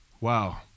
Wow